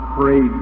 pray